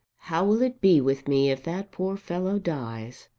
how will it be with me if that poor fellow dies?